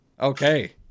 Okay